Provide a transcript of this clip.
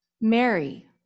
Mary